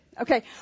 Okay